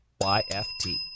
Y-F-T